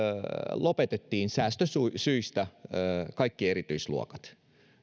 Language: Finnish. lopetettiin säästösyistä kaikki erityisluokat